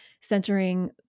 centering